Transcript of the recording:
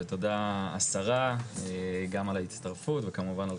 ותודה השרה גם על ההצטרפות וכמובן על